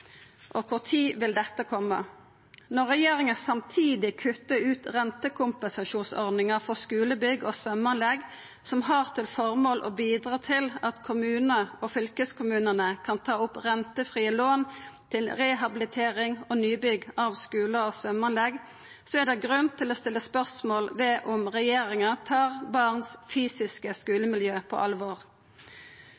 og når vil dette koma? Når regjeringa samtidig kuttar ut rentekompensasjonsordninga for skulebygg og svømmeanlegg, som har til formål å bidra til at kommunar og fylkeskommunar kan ta opp rentefrie lån til rehabilitering og nybygg av skular og svømmeanlegg, er det grunn til å stilla spørsmål ved om regjeringa tar det fysiske